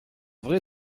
vrai